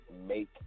Make